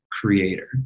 creator